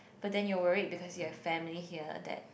but then you're worried because you've family here that